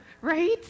right